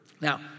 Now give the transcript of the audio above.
Now